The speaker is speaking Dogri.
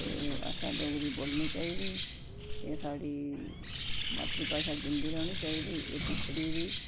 असें डोगरी बोलनी चाहिदी एह् साढ़ी मात्तरी भाशा ऐ जिन्दी रौह्नी चाहिदी एह् पिछड़ी दी